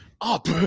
up